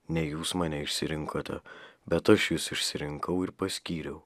ne jūs mane išsirinkote bet aš jus išsirinkau ir paskyriau